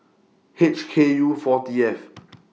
H K U four T F